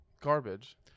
garbage